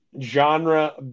genre